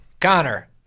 Connor